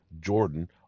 jordan